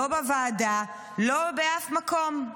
לא בוועדה, לא באף מקום.